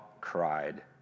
cried